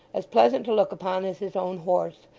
as pleasant to look upon as his own horse,